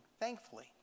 thankfully